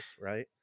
right